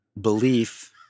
belief